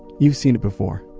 you've seen it before,